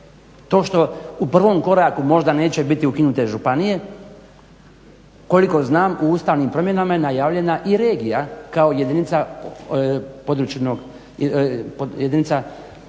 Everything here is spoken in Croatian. To što u prvom koraku možda neće biti ukinute županije koliko znam u ustavnim promjenama je najavljena i regija kao područna jedinica.